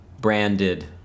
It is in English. branded